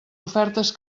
ofertes